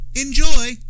Enjoy